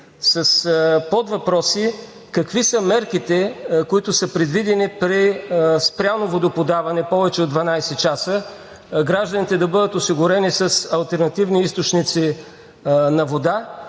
с подвъпроси: какви са мерките, които са предвидени при спряно водоподаване повече от 12 часа, гражданите да бъдат осигурени с алтернативни източници на вода